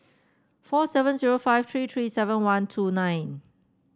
four seven zero five three three seven one two nine